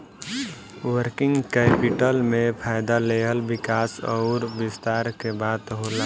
working capital में फ़ायदा लेहल विकास अउर विस्तार के बात होला